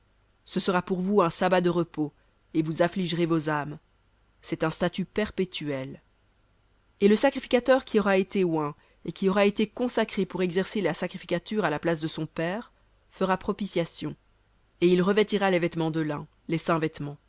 ce sera pour vous un sabbat de repos et vous affligerez vos âmes un statut perpétuel et le sacrificateur qui aura été oint et qui aura été consacré pour exercer la sacrificature à la place de son père fera propitiation et il revêtira les vêtements de lin les saints